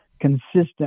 consistent